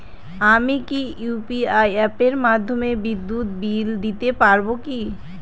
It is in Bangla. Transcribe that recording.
আমি কি ইউ.পি.আই অ্যাপের মাধ্যমে বিদ্যুৎ বিল দিতে পারবো কি?